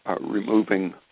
Removing